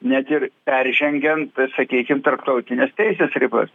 net ir peržengiant sakykim tarptautinės teisės ribas